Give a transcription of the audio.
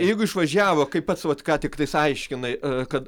jeigu išvažiavo kaip pats vat ką tiktais aiškinai kad